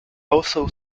also